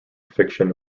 fiction